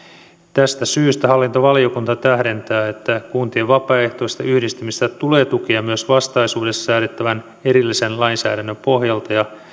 tästä syystä hallintovaliokunta tähdentää että kuntien vapaaehtoista yhdistymistä tulee tukea myös vastaisuudessa säädettävän erillisen lainsäädännön pohjalta ja